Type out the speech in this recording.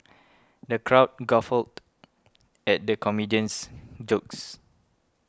the crowd guffawed at the comedian's jokes